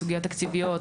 סוגיות תקציביות,